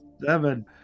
Seven